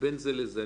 בין זה לזה.